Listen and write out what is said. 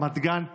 רמת גן,